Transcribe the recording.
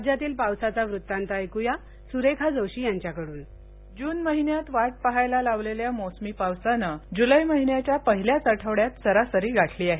राज्यातील पावसाचा वृत्तांत आमच्या प्रतिनिधीकडून जून महिन्यात वाट पाहायला लावलेल्या मोसमी पावसानं जुलै महिन्यात पहिल्याच आठवड्यात सरासरी गाठली आहे